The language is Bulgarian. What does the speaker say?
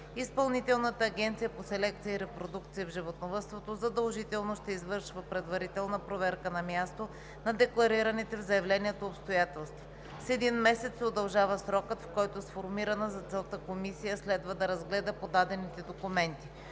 Изпълнителната агенция по селекция и репродукция в животновъдството задължително ще извършва предварителна проверка на място на декларираните в заявлението обстоятелства. С един месец се удължава срокът, в който сформирана за целта комисия следва да разгледа подадените документи.